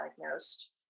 diagnosed